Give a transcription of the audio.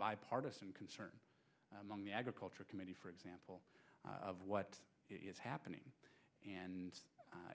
bipartisan concern among the agriculture committee for example of what it's happening and